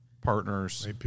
partners